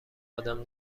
ادم